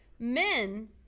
men